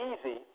easy